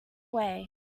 way